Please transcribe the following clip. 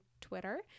Twitter